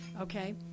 okay